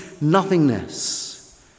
nothingness